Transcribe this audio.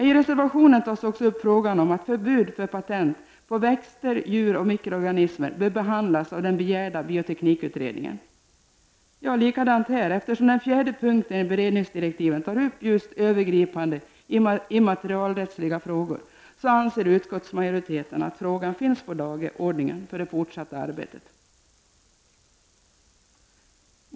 I reservationen tas också upp frågan om att förbud för patent på växter, djur och mikroorganismer bör behandlas av den begärda bioteknikutredningen. Eftersom den fjärde punkten i beredningsdirektiven tar upp just övergripande immaterialrättsliga frågor, anser utskottsmajoriteten att frågan finns på dagordningen för det fortsatta arbetet.